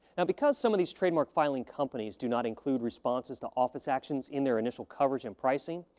and because some of these trademark filing companies do not include responses to office actions in their initial coverage and pricing,